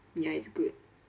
ya it's good